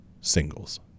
singles